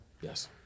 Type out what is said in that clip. Yes